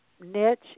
niche